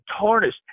tarnished